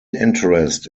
interest